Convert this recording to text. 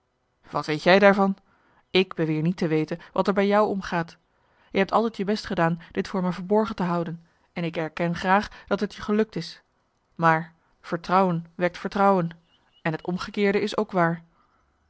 wat weet jij daarvan ik beweer niet te weten wat er bij jou omgaat je hebt altijd je best gedaan dit voor me verborgen te houden en ik erken graag dat het je gelukt is maar vertrouwen wekt vertrouwen en het omgekeerde is ook waar